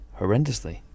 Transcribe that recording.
horrendously